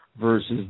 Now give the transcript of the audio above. versus